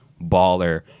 baller